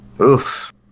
Oof